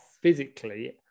physically